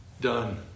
Done